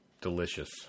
Delicious